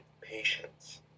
patience